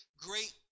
great